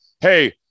hey